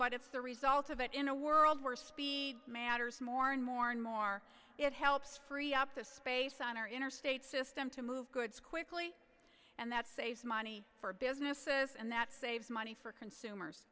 but it's the result of it in a world where speed matters more and more and more it helps free up the space on our interstate system to move goods quickly and that saves money for businesses and that saves money for consumers